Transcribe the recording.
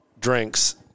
drinks